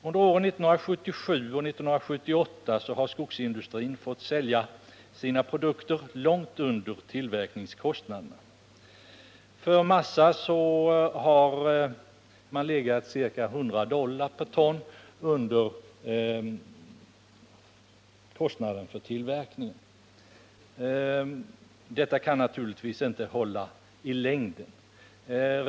Under åren 1977 och 1978 har skogsindustrin fått sälja sina produkter långt under tillverkningskostnaderna. Man har för massa fått godta ett pris som legat ca 100 dollar per ton under tillverkningskostnaderna. Detta kan man naturligtvis inte hålla på med i längden.